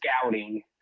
scouting